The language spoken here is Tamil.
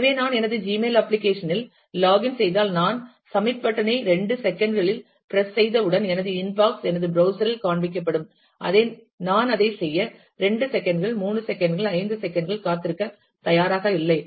எனவே நான் எனது ஜிமெயில் அப்ளிகேஷன் இல் லாக் இன் செய்தால் நான் சப்மிட் பட்டன் ஐ இரண்டு செகண்ட் களில் பிரஸ் செய்தவுடன் எனது இன்பாக்ஸ் எனது ப்ரௌஸ்சர் இல் காண்பிக்கப்படும் நான் அதைச் செய்ய 2 செகண்ட் கள் 3 செகண்ட் கள் 5 செகண்ட் கள் காத்திருக்கத் தயாராக இல்லை